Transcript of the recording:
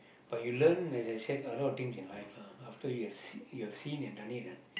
but you learn as I said a lot of things in life lah after you have see you seen have done it ah